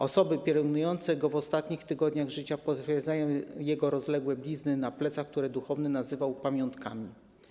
Osoby pielęgnujące go w ostatnich tygodniach życia potwierdzają jego rozległe blizny na plecach, które duchowny nazywał pamiątkami.